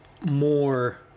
more